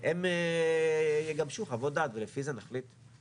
אין גם יגבשו חוות דעת ולפי זה נחליט.